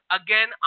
again